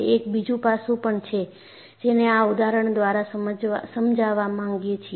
એક બીજું પાસું પણ છે જેને આ ઉદાહરણ દ્વારા સમજાવવા માંગીએ છીએ